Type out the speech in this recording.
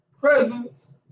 presence